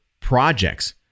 projects